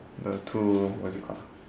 the two what's it called ah